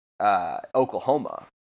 Oklahoma